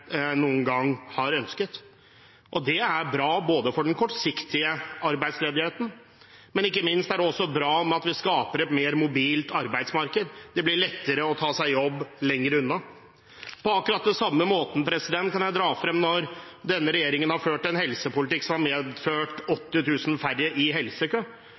noen gang har ønsket. Det er bra for den kortsiktige arbeidsledigheten, men ikke minst er det bra med tanke på at vi skaper et mer mobilt arbeidsmarked – det blir lettere å ta seg jobb lenger unna. På akkurat samme måte kan jeg dra frem at når denne regjeringen har ført en helsepolitikk som har medført 80 000 færre i helsekø,